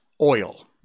oil